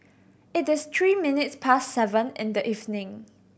it is three minutes past seven in the evening